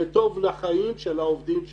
מה שחשוב זה חייהם של העובדים שלנו.